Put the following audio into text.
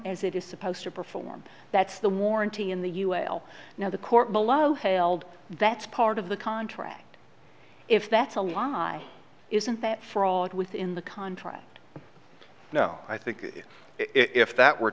as it is supposed to perform that's the warranty in the us now the court below hailed that's part of the contract if that's a lie isn't that fraud within the contract no i think if that were